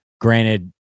Granted